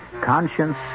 conscience